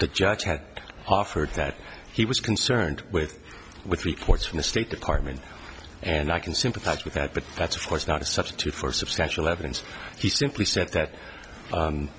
jack had offered that he was concerned with with reports from the state department and i can sympathize with that but that's of course not a substitute for substantial evidence he simply said that